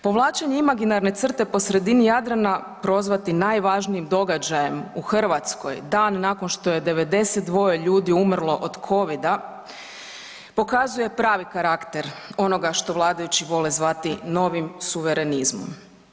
Povlačenje imaginarne crte po sredini Jadrana prozvati najvažnijem događajem u Hrvatskoj, dan nakon što je 92 ljudi umrlo od Covida pokazuje pravi karakter onoga što vladajući vole zvati novim suverenizmom.